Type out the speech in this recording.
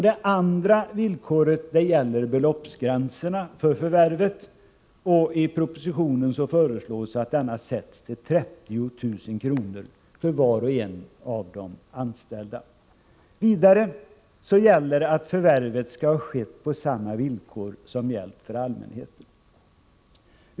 Det andra villkoret gäller beloppsgränserna för förvärvet. I propositionen föreslås att denna sätts till 30 000 kr. för var och en av de anställda. Vidare gäller att förvärvet skall ha skett på samma villkor som gällt för allmänheten.